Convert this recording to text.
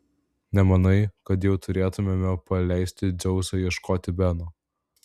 nemanai kad jau turėtumėme paleisti dzeusą ieškoti beno